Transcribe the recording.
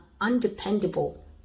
undependable